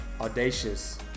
audacious